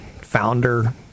founder